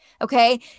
Okay